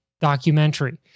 documentary